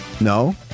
No